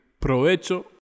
provecho